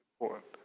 important